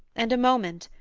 and a moment,